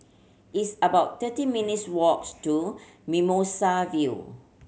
it's about thirty minutes walks to Mimosa View